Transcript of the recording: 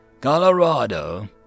Colorado